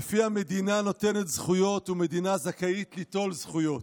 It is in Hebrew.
שלפיה המדינה נותנת זכויות ומדינה זכאית ליטול זכויות,